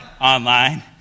online